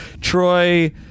Troy